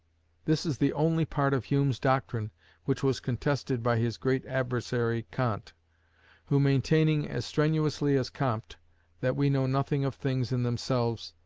this is the only part of hume's doctrine which was contested by his great adversary, kant who, maintaining as strenuously as comte that we know nothing of things in themselves,